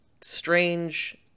strange